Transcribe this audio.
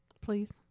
please